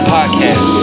Podcast